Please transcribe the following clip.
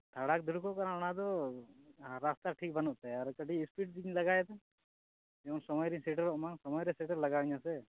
ᱫᱷᱟᱲᱟᱠ ᱫᱩᱲᱩᱠᱚᱜ ᱠᱟᱱᱟ ᱚᱱᱟ ᱫᱚ ᱨᱟᱥᱛᱟ ᱴᱷᱤᱠ ᱵᱟᱹᱱᱩᱜ ᱛᱮ ᱟᱨ ᱠᱟᱹᱴᱤᱡ ᱥᱯᱤᱰᱛᱤᱧ ᱞᱟᱜᱟᱭᱮᱫᱟ ᱡᱮᱢᱚᱱ ᱥᱚᱢᱚᱭ ᱨᱤᱧ ᱥᱮᱴᱮᱨᱚᱜᱼᱢᱟ ᱥᱚᱢᱚᱭ ᱨᱮ ᱥᱮᱴᱮᱨ ᱞᱟᱜᱟᱣᱤᱧᱟᱹ ᱥᱮ